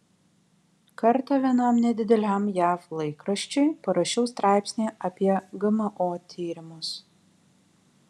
kartą vienam nedideliam jav laikraščiui parašiau straipsnį apie gmo tyrimus